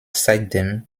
seitdem